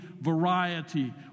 variety